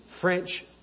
French